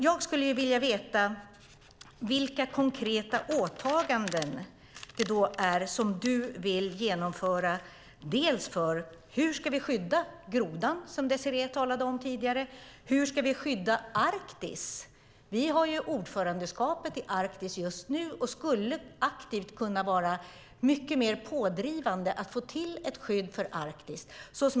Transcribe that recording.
Jag skulle vilja veta vilka konkreta åtaganden som du vill genomföra dels för hur vi ska skydda grodan som Désirée talade om tidigare, dels för hur vi ska skydda Arktis. Sverige innehar just nu ordförandeskapet i Arktiska rådet och skulle kunna vara mycket mer aktivt och pådrivande för att få till ett skydd för Arktis.